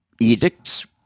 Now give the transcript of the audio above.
edicts